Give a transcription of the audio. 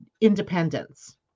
independence